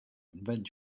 invent